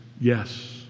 yes